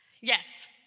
Yes